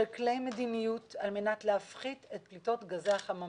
כלי מדיניות על מנת להפחית את פליטות גזי החממה.